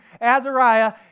Azariah